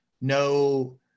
no